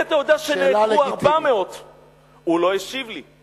היה שם נתון: 400 עצי זית נעקרו